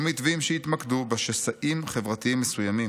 או מתווים שיתמקדו בשסעים חברתיים מסוימים,